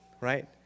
Right